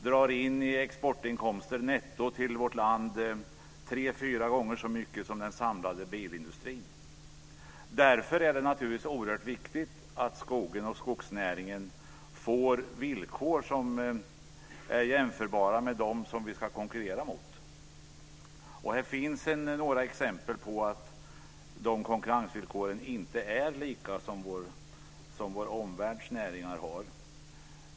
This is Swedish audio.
Den drar i exportinkomster netto till vårt land in tre fyra gånger så mycket som den samlade bilindustrin. Därför är det naturligtvis oerhört viktigt att skogen och skogsnäringen får villkor som är jämförbara med deras som vi ska konkurrera mot. Det finns några exempel på att konkurrensvillkoren inte är likartade med dem som vår omvärlds näringar har.